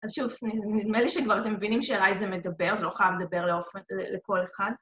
אז שוב, נדמה לי שכבר אתם מבינים שאליי זה מדבר, זה לא חייב לדבר לכל אחד.